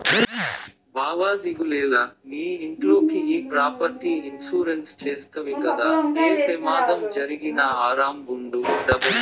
బావా దిగులేల, నీ ఇంట్లోకి ఈ ప్రాపర్టీ ఇన్సూరెన్స్ చేస్తవి గదా, ఏ పెమాదం జరిగినా ఆరామ్ గుండు